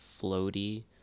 floaty